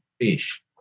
fish